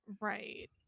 right